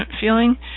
feeling